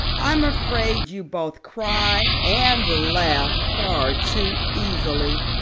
i'm afraid you both cry and laugh far too easily.